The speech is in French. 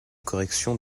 correction